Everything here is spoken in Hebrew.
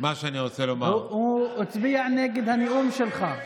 הוא הצביע נגד הנאום שלך.